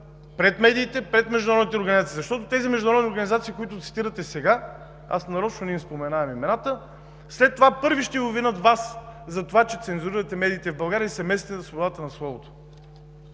пред медиите, пред международните организации. Защото тези международни организации, които цитирате сега и аз нарочно не им споменавам имената, след това първи ще Ви обвинят за това, че цензурирате медиите в България и се месите за свободата на словото.